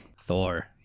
Thor